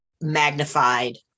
magnified